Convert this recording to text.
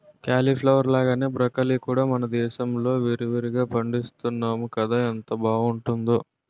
cauliflower లాగానే broccoli కూడా మనదేశంలో విరివిరిగా పండిస్తున్నాము కదా ఎంత బావుంటుందో